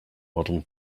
modern